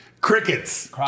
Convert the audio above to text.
Crickets